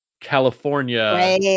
California